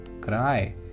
cry